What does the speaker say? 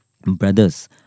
brother's